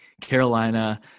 carolina